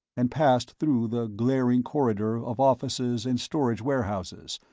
and passed through the glaring corridor of offices and storage-warehouses,